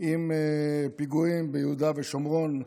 עם פיגועים ביהודה ושומרון,